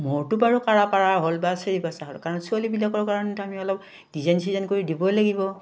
মোৰটো বাৰু কাৰা পাৰা হ'ল বা চি বচা হ'ল কাৰণ ছোৱালীবিলাকৰ কাৰণেতো আমি অলপ ডিজাইন চিজাইন কৰি দিবই লাগিব